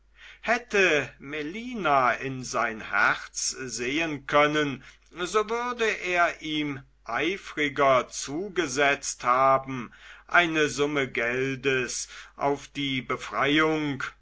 hätte melina in sein herz sehen können so würde er ihm eifriger zugesetzt haben eine summe geldes auf die befreiung